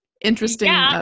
interesting